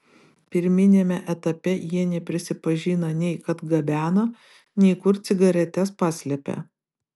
pirminiame etape jie neprisipažino nei kad gabeno nei kur cigaretes paslėpė